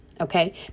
Okay